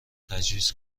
تجویز